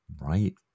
Right